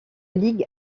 ligue